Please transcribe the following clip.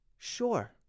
Sure